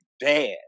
bad